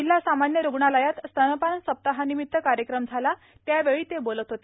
जिल्हा सामान्य रुग्णालयात स्तनपान सप्ताहानिमित कार्यक्रम झाला त्यावेळी ते बोलत होते